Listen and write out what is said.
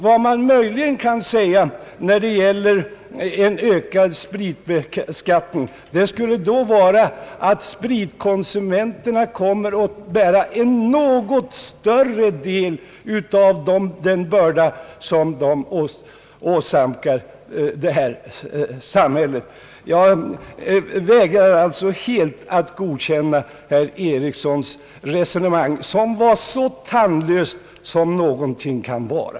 Vad man möjligen kan säga när det gäller en ökad spritbeskattning skulle vara att spritkonsumenterna då kom mer att bära en något större del av den börda som de åsamkar detta samhälle. Jag vägrar alltså helt att godkänna herr Einar Erikssons resonemang, som var så tandlöst som någonting kan vara.